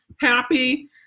happy